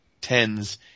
tens